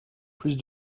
plus